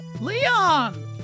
Leon